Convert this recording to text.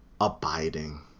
abiding